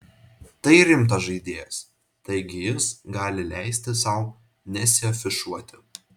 tai rimtas žaidėjas taigi jis gali leisti sau nesiafišuoti